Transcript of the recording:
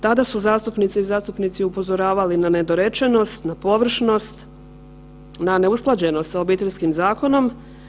Tada su zastupnice i zastupnici upozoravali na nedorečenost, na površnost, na neusklađenost s Obiteljskim zakonom.